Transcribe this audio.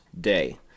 day